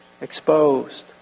exposed